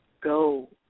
go